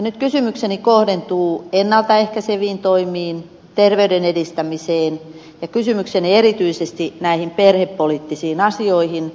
nyt kysymykseni kohdentuu ennalta ehkäiseviin toimiin terveyden edistämiseen ja erityisesti perhepoliittisiin asioihin